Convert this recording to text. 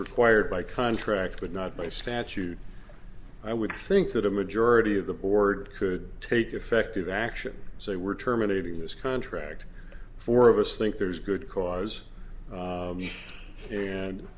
required by contract but not by statute i would think that a majority of the board could take effective action so they were terminating this contract four of us think there's good cause